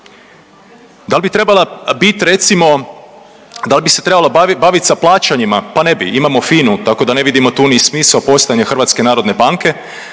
Da li trebala bit recimo, da li bi se trebala bavit sa plaćanjima? Pa ne bi imamo FINU tako da ne vidimo tu ni smisao postojanja HNB-a, a da